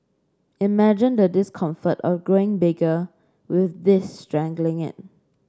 imagine the discomfort of growing bigger with this strangling it